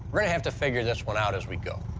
we're gonna have to figure this one out as we go.